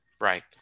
right